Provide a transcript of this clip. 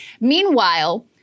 Meanwhile